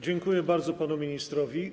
Dziękuję bardzo panu ministrowi.